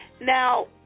Now